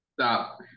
Stop